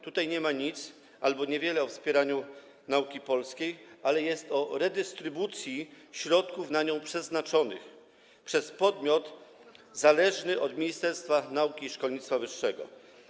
Tutaj nie ma nic albo jest niewiele o wspieraniu nauki polskiej, ale jest o redystrybucji środków na nią przeznaczonych przez podmiot zależny od ministerstwa nauki i szkolnictwa wyższego.